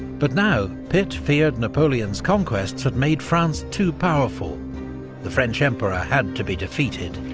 but now pitt feared napoleon's conquests had made france too powerful the french emperor had to be defeated,